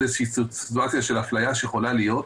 איזושהי סיטואציה של אפליה שיכולה להיות,